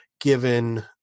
given